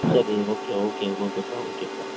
சரி okay okay ஓகேப்பா ஓகேப்பா